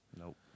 Nope